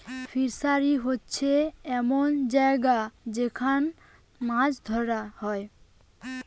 fishery হোচ্ছে এমন জাগা যেখান মাছ ধোরা হয়